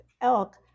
Elk